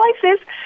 places